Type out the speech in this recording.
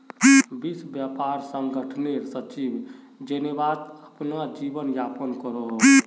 विश्व व्यापार संगठनेर सचिव जेनेवात अपना जीवन यापन करोहो